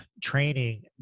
training